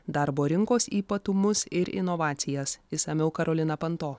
darbo rinkos ypatumus ir inovacijas išsamiau karolina panto